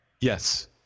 Yes